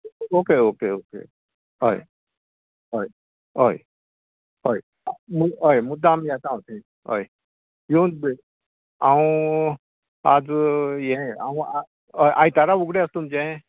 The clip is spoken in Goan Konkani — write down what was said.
ओके ओके ओके हय हय हय हय मुद् हय मुद्दाम येता हांव थंय हय योन पळयतां हांव आज ह्यें आंव आयतारा उगडे आसा तुमचे